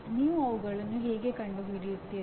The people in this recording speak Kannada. ನೀವು ಅವುಗಳನ್ನು ಹೇಗೆ ಕಂಡುಹಿಡಿಯುತ್ತೀರಿ